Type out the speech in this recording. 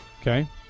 Okay